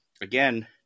Again